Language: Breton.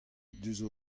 diouzh